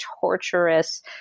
torturous